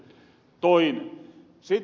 sitten ed